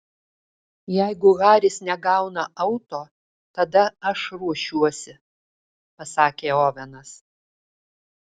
jeigu haris negauna auto tada aš ruošiuosi pasakė ovenas